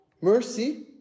Mercy